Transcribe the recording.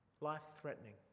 life-threatening